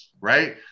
right